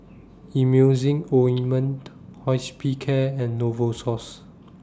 Emulsying Ointment Hospicare and Novosource